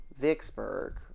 Vicksburg